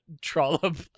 trollop